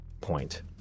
point